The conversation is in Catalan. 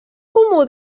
comú